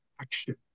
action